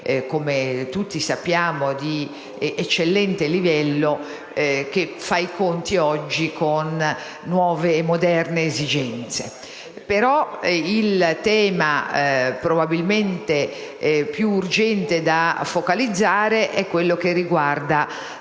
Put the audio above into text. come tutti sappiamo, di eccellente livello, e che fa oggi i conti con nuove e moderne esigenze. Tuttavia, il tema probabilmente più urgente da focalizzare è quello che riguarda